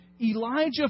Elijah